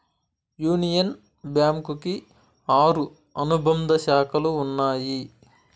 union Bank కి ఆరు అనుబంధ శాఖలు ఉన్నాయి